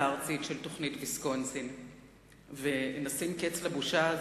ארצית של תוכנית ויסקונסין ונשים קץ לבושה הזאת.